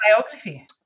biography